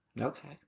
Okay